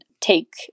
take